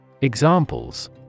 Examples